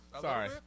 Sorry